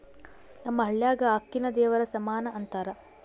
ನಮ್ಮ ಹಳ್ಯಾಗ ಅಕ್ಕಿನ ದೇವರ ಸಮಾನ ಅಂತಾರ